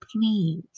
Please